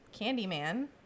Candyman